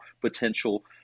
potential